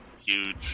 huge